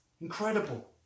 Incredible